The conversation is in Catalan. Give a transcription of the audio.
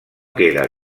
queda